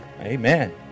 Amen